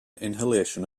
inhalation